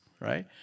right